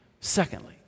Secondly